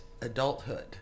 adulthood